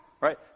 right